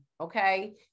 okay